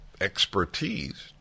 expertise